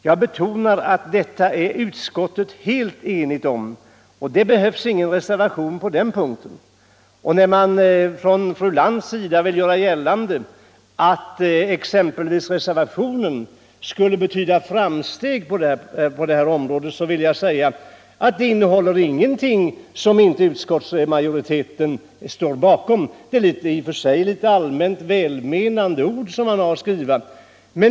Jag betonar att utskottet är helt enigt om detta, och det behövs alltså ingen reservation på den punkten. När fru Lantz vill göra gällande att ett bifall till reservationen skulle betyda framsteg på detta område vill jag säga att reservationen inte innehåller någonting som inte utskottets majoritet står bakom. Det är litet allmänt välmenande ord man skrivit.